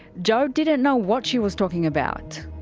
joe didn't know what she was talking about.